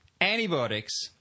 antibiotics